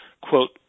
quote